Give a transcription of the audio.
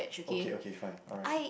okay okay fine alright